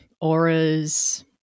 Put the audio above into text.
auras